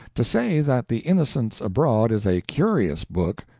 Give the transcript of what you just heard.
to say that the innocents abroad is a curious book,